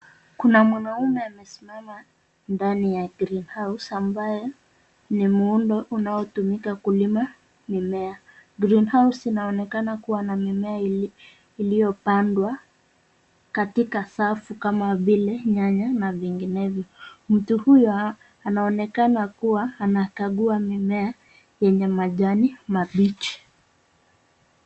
Kuna mwanaume amesimama, ndani ya greenhouse ambayo, ni muundo unaotumika kulima, mimea, greenhouse inaonekana kuwa na mimea iliyopandwa, katika safu kama vile nyanya na vinginevyo, mtu huyu, anaonekana kuwa anakagua mimea, yenye majani mabichi.